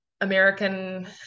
American